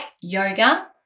yoga